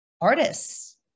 artists